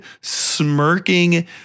Smirking